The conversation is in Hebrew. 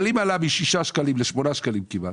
אבל אם עלה משישה שקלים לשמונה שקלים כמעט,